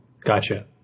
Gotcha